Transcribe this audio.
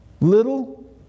little